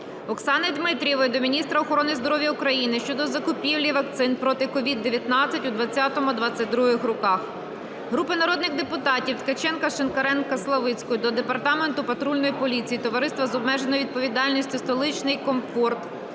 Оксани Дмитрієвої до міністра охорони здоров'я України щодо закупівлі вакцин проти COVID-19 у 2020-2022 роках. Групи народних депутатів (Ткаченка, Шинкаренка, Славицької) до Департаменту патрульної поліції, Товариства з обмеженою відповідальністю "Столичний комфорт"